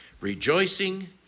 Rejoicing